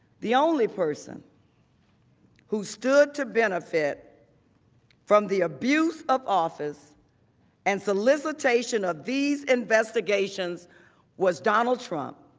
the only person who stood to benefit from the abuse of office and solicitation of these investigations was donald trump.